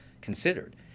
considered